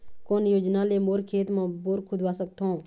कोन योजना ले मोर खेत मा बोर खुदवा सकथों?